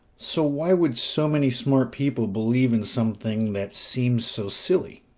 so why would so many smart people believe in something that seems so silly?